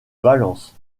valence